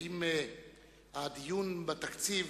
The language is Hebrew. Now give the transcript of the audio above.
אם הדיון בתקציב,